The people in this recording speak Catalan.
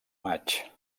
maig